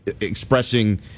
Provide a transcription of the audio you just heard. expressing